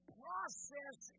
process